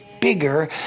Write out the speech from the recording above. bigger